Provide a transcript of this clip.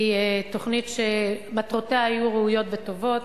היא תוכנית שמטרותיה היו ראויות וטובות,